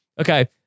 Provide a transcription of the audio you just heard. Okay